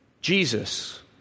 Jesus